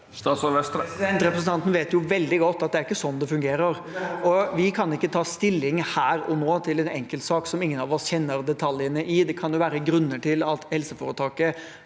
Vestre Represen- tanten vet veldig godt at det ikke er sånn det fungerer. Vi kan ikke ta stilling her og nå til en enkeltsak som ingen av oss kjenner detaljene i. Det kan være grunner til at helseforetaket